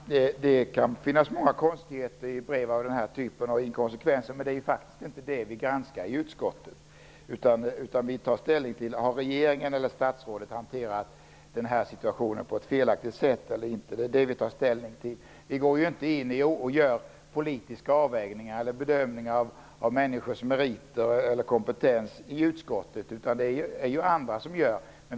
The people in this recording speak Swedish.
Herr talman! Det kan förekomma många konstigheter och inkonsekvenser i brev av denna typ. Men det är faktiskt inte det vi i utskottet granskar. Vi tar ställning till om regeringen eller statsrådet hanterat situationen på ett felaktigt sätt eller inte. Det tar vi ställning till. Vi i utskottet gör inga politiska avvägningar, och vi gör inte heller några bedömningar av människors meriter och kompetens; det gör andra.